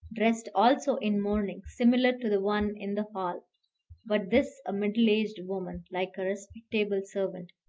dressed also in mourning similar to the one in the hall but this a middle-aged woman, like a respectable servant.